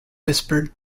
whispered